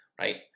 right